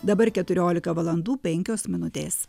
dabar keturiolika valandų penkios minutės